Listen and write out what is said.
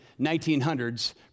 1900s